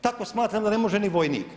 Tako smatram da ne može ni vojnik.